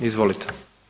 Izvolite.